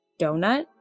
donut